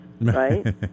right